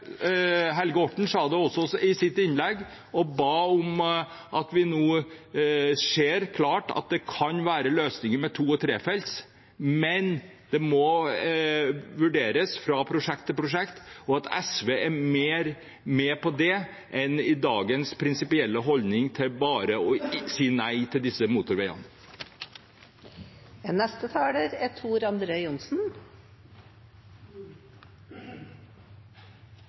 Helge Orten ba også i sitt innlegg om at vi nå ser klart at det kan være løsninger med to- og trefelts, men at det må vurderes fra prosjekt til prosjekt. Jeg håper at SV i større grad er med på det, i stedet for at de med dagens prinsipielle holdning bare sier nei til disse motorveiene.